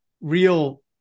real